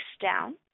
down